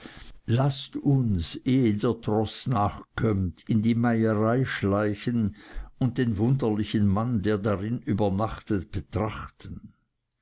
laßt uns ehe der troß nachkömmt in die meierei schleichen und den wunderlichen mann der darin übernachtet betrachten